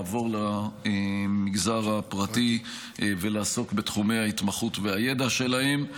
לעבור למגזר הפרטי ולעסוק בתחומי ההתמחות והידע שלהם.